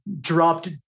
dropped